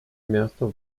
miasto